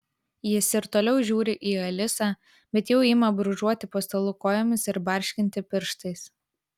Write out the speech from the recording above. jis ir toliau žiūri į alisą bet jau ima brūžuoti po stalu kojomis ir barškinti pirštais